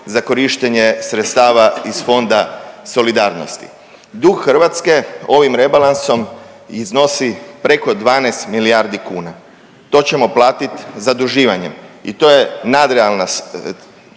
za korištenje sredstava iz Fonda solidarnosti. Dug Hrvatske ovim rebalansom iznosi preko 12 milijardi kuna. To ćemo platiti zaduživanjem i to je nadrealna količina